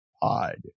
pod